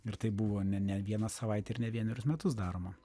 ir tai buvo ne ne viena savaitė ir ne vienerius metus daroma